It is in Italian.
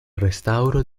restauro